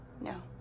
No